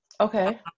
okay